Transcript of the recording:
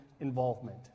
involvement